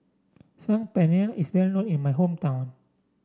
Saag Paneer is well known in my hometown